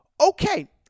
Okay